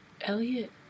Elliot